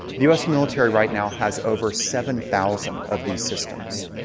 the us military right now has over seven thousand of these systems.